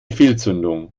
fehlzündung